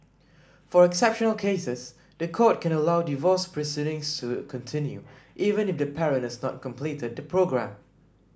for exceptional cases the court can allow divorce proceedings to continue even if the parent has not completed the programme